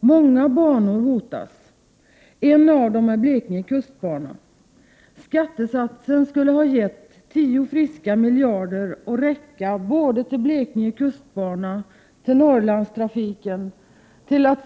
Många banor hotas. En av dem är Blekinge kustbana. Skattesatsen skulle ha gett tio friska miljarder och räcka både till Blekingekustbana, till Norrlandstrafiken, till att